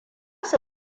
su